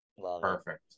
Perfect